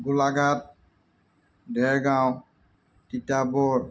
Golaghat Dergaon Titabar